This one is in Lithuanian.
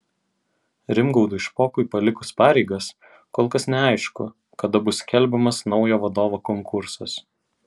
rimgaudui špokui palikus pareigas kol kas neaišku kada bus skelbiamas naujo vadovo konkursas